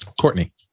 Courtney